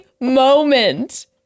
moment